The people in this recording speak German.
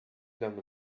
lange